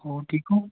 ਹੋਰ ਠੀਕ ਹੋ